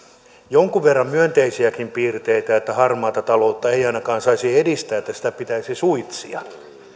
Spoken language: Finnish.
jonkun verran myönteisiäkin piirteitä että harmaata taloutta ei ainakaan saisi edistää että sitä pitäisi suitsia